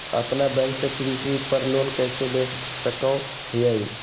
अपना बैंक से कृषि पर लोन कैसे ले सकअ हियई?